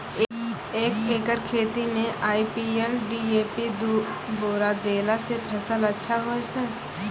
एक एकरऽ खेती मे आई.पी.एल डी.ए.पी दु बोरा देला से फ़सल अच्छा होय छै?